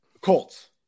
Colts